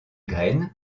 graines